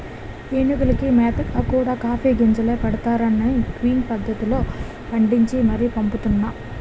ఏనుగులకి మేతగా కూడా కాఫీ గింజలే ఎడతన్నారనీ క్విన్ పద్దతిలో పండించి మరీ పంపుతున్నా